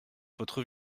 votre